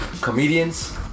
comedians